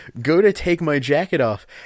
go-to-take-my-jacket-off